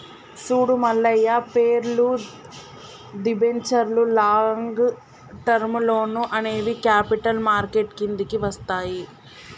చూడు మల్లయ్య పేర్లు, దిబెంచర్లు లాంగ్ టర్మ్ లోన్లు అనేవి క్యాపిటల్ మార్కెట్ కిందికి వస్తాయి